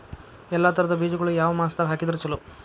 ಎಲ್ಲಾ ತರದ ಬೇಜಗೊಳು ಯಾವ ಮಾಸದಾಗ್ ಹಾಕಿದ್ರ ಛಲೋ?